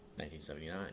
1979